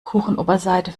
kuchenoberseite